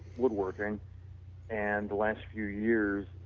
woodworking and last few years